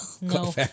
no